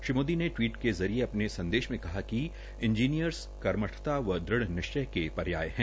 श्री मोदी ने टिवीट के जरिये अपने संदेश मे कहा कि इंजीनियर्स कर्मठता व दृढ़ निश्चय के पर्याप्त् है